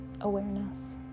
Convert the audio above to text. awareness